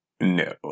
No